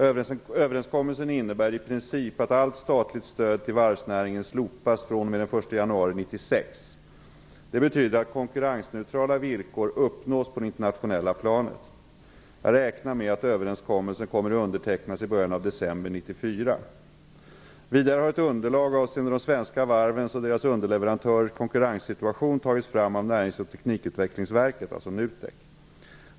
Överenskommelsen innebär i princip att allt statligt stöd till varvsnäringen slopas fr.o.m. den 1 januari 1996. Detta betyder att konkurrensneutrala villkor uppnås på det internationella planet. Jag räknar med att överenskommelsen kommer att undertecknas i början av december 1994. Vidare har ett underlag avseende de svenska varvens och deras underleverantörers konkurrenssituation tagits fram av Närings och teknikutvecklingsverket, dvs. NUTEK.